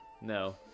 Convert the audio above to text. No